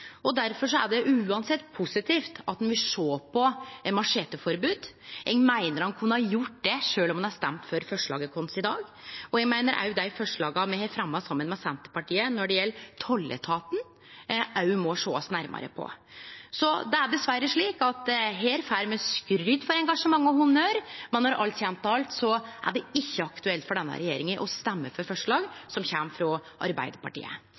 er det uansett positivt at ein vil sjå på eit macheteforbod. Eg meiner at ein kunne ha gjort det sjølv om ein hadde stemt for forslaga våre i dag, og eg meiner dei forslaga me har fremja saman med Senterpartiet når det gjeld tolletaten, òg må sjåast nærmare på. Så det er dessverre slik at her får me skryt og honnør for engasjementet, men når alt kjem til alt, er det ikkje aktuelt for denne regjeringa å stemme for forslag som kjem frå Arbeidarpartiet.